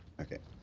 okay.